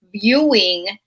viewing